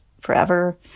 forever